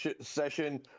session